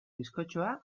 bizkotxoa